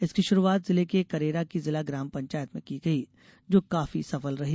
इसकी शुरूआत जिले के करेरा की जिला ग्राम पंचायत में की गई जो काफी सफल रही